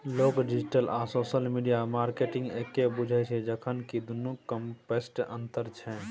लोक डिजिटल आ social media मार्केटिंगकेँ एक्के बुझय छै जखन कि दुनुक कंसेप्टमे अंतर छै